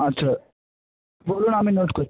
আচ্ছা বলুন আমি নোট করছি